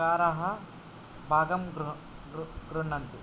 काराः भागं गृह्णन्ति